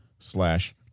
Slash